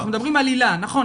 נכון,